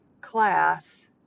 class